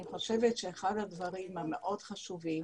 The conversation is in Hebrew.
אני חושבת שאחד הדברים המאוד חשובים